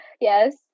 Yes